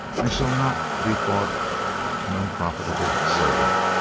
i shall not be thought an unprofitable servant.